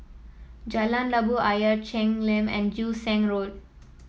Jalan Labu Ayer Cheng Lim and Joo Seng Road